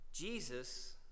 Jesus